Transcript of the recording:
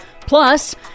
Plus